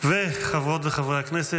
חברות וחברי הכנסת,